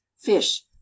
fish